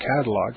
catalog